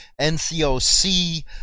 NCOC